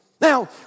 Now